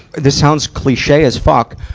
this sounds cliche as fuck,